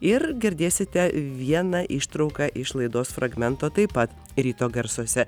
ir girdėsite vieną ištrauką iš laidos fragmento taip pat ryto garsuose